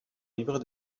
livret